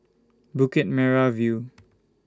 Bukit Merah View